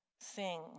sing